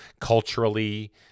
culturally